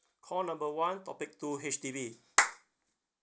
call number one topic two H_D_B